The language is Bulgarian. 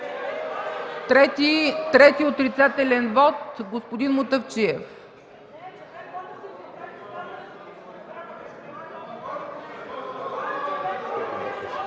Трети отрицателен вот – господин Мутафчиев.